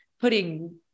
putting